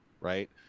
right